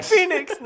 Phoenix